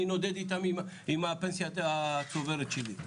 אני נודד איתם עם הפנסיה הצוברת שלי,